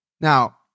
Now